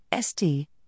ST